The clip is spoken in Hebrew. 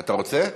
אתה רוצה?